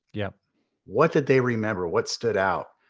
yeah what did they remember? what stood out?